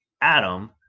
Adam